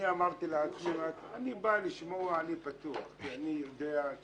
אמרתי לעצמי רק: אני בא לשמוע,